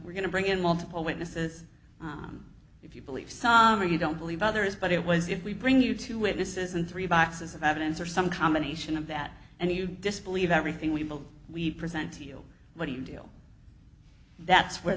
we're going to bring in multiple witnesses if you believe some of you don't believe others but it was if we bring you two witnesses and three boxes of evidence or some combination of that and you disbelieve everything we believe we present to you what do you deal that's where